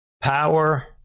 power